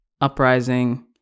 uprising